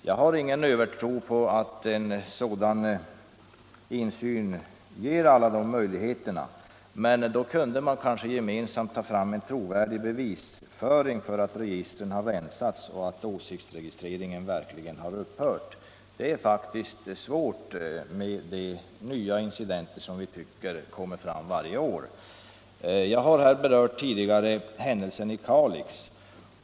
Jag har ingen övertro på att en sådan insyn ger alla möjligheter, men då kunde vi kanske gemensamt ta fram en trovärdig bevisföring för att registren har rensats och att åsiktsregistreringen verkligen har upphört. Det är faktiskt svårt med de nya incidenter som vi tycker uppstår varje år. Jag har här tidigare berört händelsen i Kalix.